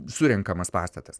surenkamas pastatas